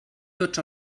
tots